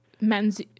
men's